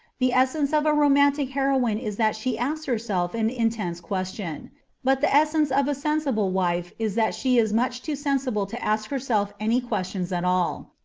the essence of a romantic heroine is that she asks herself an intense question but the essence of a sensible wife is that she is much too sensible to ask herself any questions at all.